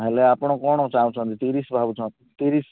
ହେଲେ ଆପଣ କଣ ଚାହୁଁଛନ୍ତି ତିରିଶ ଭାବୁଛନ୍ତି ତିରିଶ